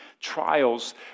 trials